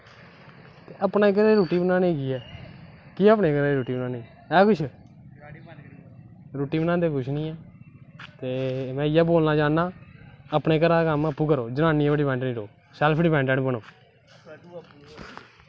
अपनै घर च रुट्टी बनाने गी केह् ऐ केह् ऐ अपने घर च रुट्टी बनाने गी है कुछ रुट्टी बनांदे कुछ निं ऐ ते में इ'यै बोलना चांह्दा अपने घरा दा कम्म आपै करो जनानियें पर डिपैंडैंट निं रवो सैल्फ डिपैंडैंट रवो